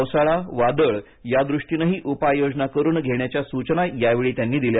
पावसाळा वादळ यादृष्टीनंही उपाययोजना करून घेण्याच्या सूचना यावेळी त्यांनी दिल्या